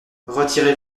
retirez